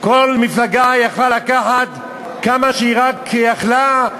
כל מפלגה יכלה לקחת כמה שהיא רק יכולה,